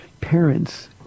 parents